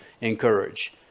encourage